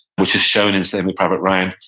which is shown in saving private ryan,